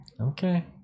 Okay